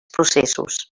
processos